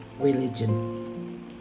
religion